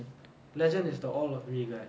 legend is the all of me guy